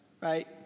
right